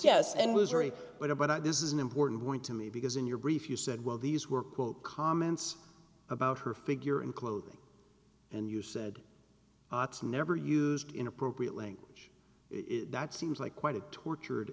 yes and was very but i but i this is an important point to me because in your brief you said well these were quote comments about her figure and clothing and you said it's never used in appropriate language that seems like quite a tortured